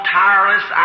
tireless